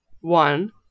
one